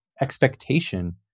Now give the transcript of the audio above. expectation